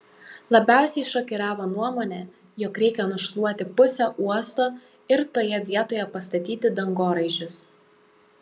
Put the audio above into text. labiausiai šokiravo nuomonė jog reikia nušluoti pusę uosto ir toje vietoje pastatyti dangoraižius